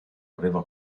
aveva